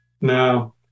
Now